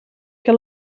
que